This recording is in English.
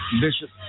Bishop